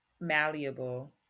malleable